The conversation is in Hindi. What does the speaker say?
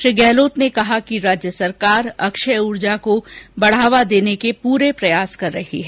श्री गहलोत ने कहा कि राज्य सरकार अक्षय ऊर्जा को बढ़ावा देने के लिए पुरे प्रयास कर रही है